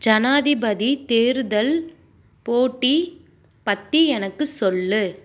ஜனாதிபதி தேர்தல் போட்டி பற்றி எனக்கு சொல்லு